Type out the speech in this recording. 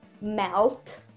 melt